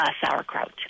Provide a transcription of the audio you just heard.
sauerkraut